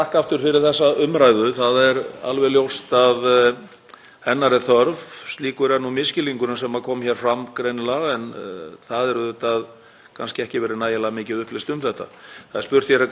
það hefur kannski ekki verið nægilega mikið upplýst um þetta. Það er spurt hér hver pólitík stjórnarinnar sé varðandi móttöku flóttamanna og slíkt. Þar er pólitíkin einfaldlega sú að hraða málsmeðferð og gera kerfið skilvirkara